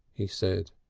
he said.